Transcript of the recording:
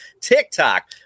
TikTok